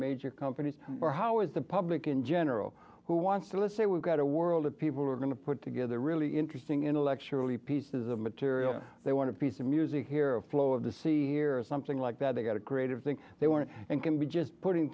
major companies or how is the public in general who wants to let's say we've got a world of people who are going to put together a really interesting intellectually pieces of material they want to piece of music here a flow of the sea or something like that they got a creative thing they want and can be just putting